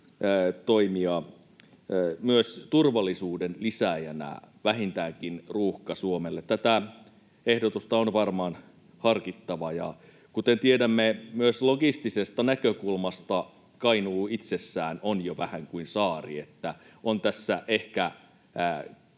toimia myös turvallisuuden lisääjänä vähintäänkin Ruuhka-Suomelle. Tätä ehdotusta on varmaan harkittava, ja kuten tiedämme, myös logistisesta näkökulmasta Kainuu itsessään on jo vähän kuin saari, että on tässä ehkä